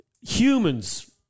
humans